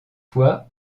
fois